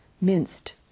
minced